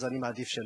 אז אני מעדיף שלא.